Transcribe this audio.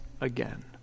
again